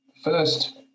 First